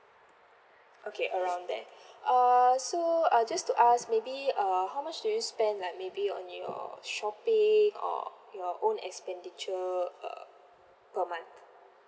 okay around that uh so uh just to ask maybe uh how much do you spend like maybe on your shopping or your own expenditure uh per month